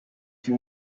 she